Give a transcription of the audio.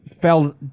fell